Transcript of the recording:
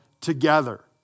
together